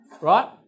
right